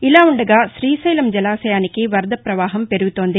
ఇలా ఉండగా శ్రీశైలం జలాశయానికి వరద ప్రవాహం పెరుగుతోంది